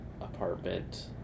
apartment